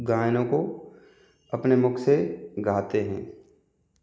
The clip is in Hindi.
गानों को अपने मुख से गाते हैं